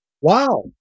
Wow